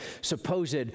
supposed